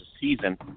season